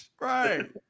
Right